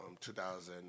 2000